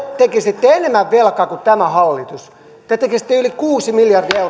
tekisitte enemmän velkaa kuin tämä hallitus te tekisitte yli kuusi miljardia